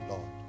Lord